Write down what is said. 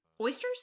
Oysters